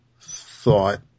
thought